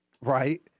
right